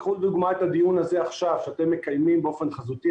קחו לדוגמה את הדיון הזה שאתם מקיימים עכשיו באופן חזותי.